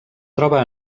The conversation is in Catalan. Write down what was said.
troba